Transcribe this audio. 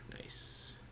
Nice